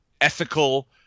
ethical